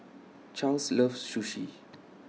Charles loves Sushi